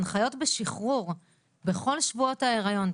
הנחיות בשחרור בכל שבועות ההיריון,